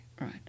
right